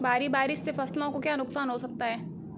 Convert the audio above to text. भारी बारिश से फसलों को क्या नुकसान हो सकता है?